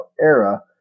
era